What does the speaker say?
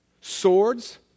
Swords